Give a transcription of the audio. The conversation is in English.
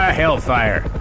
hellfire